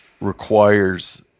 requires